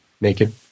Naked